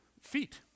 feet